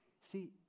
See